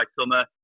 summer